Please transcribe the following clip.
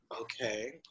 okay